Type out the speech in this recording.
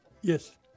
Yes